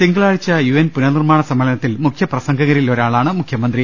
തിങ്കളാഴ്ച U N പുനർനിർമ്മാണ സമ്മേളനത്തിൽ മുഖ്യപ്രസംഗകരിൽ ഒരാളാണ് മുഖ്യമന്ത്രി